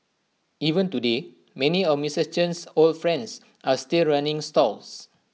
even today many of Mister Chen's old friends are still running stalls